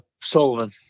Sullivan